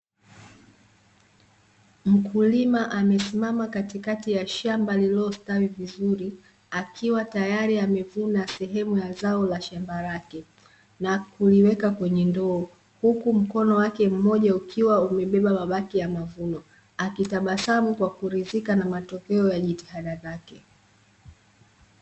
Mkulima amesimama katikati ya shamba lililostawi vizuri, akiwa tayari amevuna sehemu ya zao la shamba lake. Na kuiweka kwenye ndoo huku mkono wake mmoja ukiwa umebeba mabaki ya mavuno, akitabasamu kwa kuridhika na matokeo ya jitihada zake.